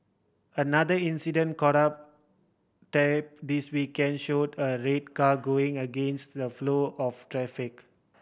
another incident caught on tape this weekend showed a red car going against the flow of traffic